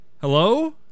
Hello